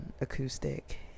acoustic